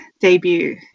debut